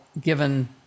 given